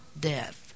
death